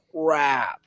crap